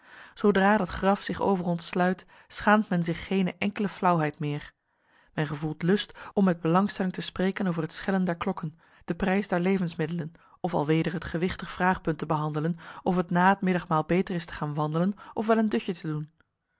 zoodra dat graf zich over ons sluit schaamt men zich geene enkele flauwheid meer men gevoelt lust om met belangstelling te spreken over het schelen der klokken den prijs der levensmiddelen of al weder het gewichtig vraagpunt te behandelen of het na het middagmaal beter is te gaan wandelen of wel een dutje te doen